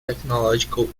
technological